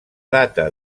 data